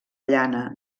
llana